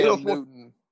Newton